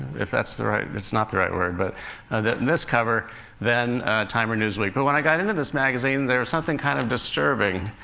if that's the right it's not the right word but in this cover than time or newsweek. but when i got into this magazine, there's something kind of disturbing,